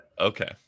okay